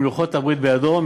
עם לוחות הברית בידו,